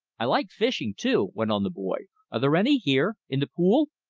i like fishing, too, went on the boy are there any here? in the pool?